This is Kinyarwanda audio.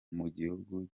mugihugu